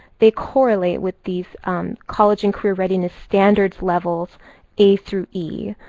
they correlate with these college and career readiness standards levels a through e,